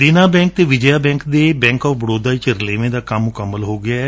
ਦੇਨਾ ਬੈਂਕ ਅਤੇ ਵਿਜੇਯਾ ਬੈਂਕ ਦੇ ਬੈਕ ਆਫ਼ ਬਤੌਦਾ ਵਿਚ ਰਲੇਵੇ ਦਾ ਕੰਮ ਮੁਕੰਮਲ ਹੋ ਗਿਐ